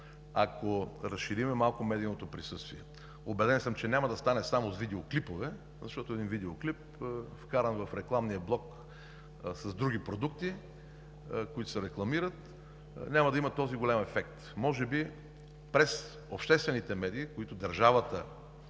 ако разширим малко медийното присъствие, убеден съм, че няма да стане само с видеоклипове, защото един видеоклип, вкаран в рекламния блок с другите продукти, които се рекламират, няма да има този голям ефект. Може би през обществените медии, които се